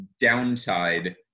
downside